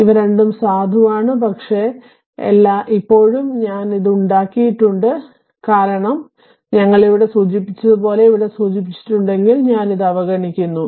ഇവ രണ്ടും സാധുവാണ് പക്ഷേ ഇപ്പോഴും ഞാൻ ഇത് ഉണ്ടാക്കിയിട്ടുണ്ട് കാരണം ഞങ്ങൾ ഇവിടെ സൂചിപ്പിച്ചതുപോലെ ഇവിടെ സൂചിപ്പിച്ചിട്ടുണ്ടെങ്കിൽ ഞാൻ ഇത് അവഗണിക്കുന്നു